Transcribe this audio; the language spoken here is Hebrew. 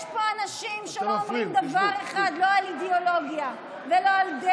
יש פה אנשים שלא אומרים דבר אחד לא על אידיאולוגיה,